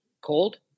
cold